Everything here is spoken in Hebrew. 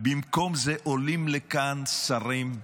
במקום זה, עולים לכאן שרים קרנפים,